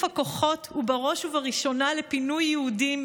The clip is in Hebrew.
הכוחות הוא בראש ובראשונה לפינוי יהודים,